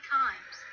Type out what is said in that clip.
times